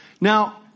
Now